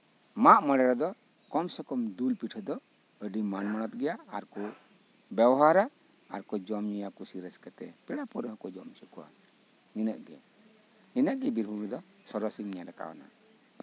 ᱢᱟᱜᱽᱢᱚᱲᱮ ᱨᱮᱫᱚ ᱠᱚᱢᱥᱮ ᱠᱚᱢ ᱫᱩᱞ ᱯᱤᱴᱷᱟᱹ ᱫᱚ ᱟᱹᱰᱤ ᱢᱟᱹᱱ ᱢᱟᱱᱚᱛ ᱜᱮᱭᱟ ᱟᱨ ᱠᱚ ᱵᱮᱵᱚᱦᱟᱨᱟ ᱟᱨᱠᱚ ᱡᱚᱢ ᱧᱩᱭᱟ ᱠᱩᱥᱤ ᱨᱟᱹᱥᱠᱟᱹ ᱛᱮ ᱯᱮᱲᱟ ᱯᱟᱹᱲᱦᱟᱹ ᱦᱚᱸᱠᱚ ᱡᱚᱢ ᱦᱚᱪᱚ ᱠᱚᱣᱟ ᱤᱱᱟᱹᱜ ᱜᱮ ᱤᱱᱟᱹᱜᱮ ᱵᱤᱨᱵᱷᱩᱢ ᱨᱮᱫᱚ ᱥᱚᱨᱮᱥ ᱤᱧ ᱧᱮᱞ ᱠᱟᱣᱱᱟ